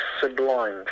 sublime